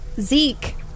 zeke